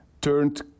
turned